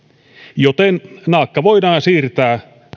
joten naakka voidaan siirtää